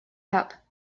help